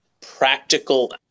practical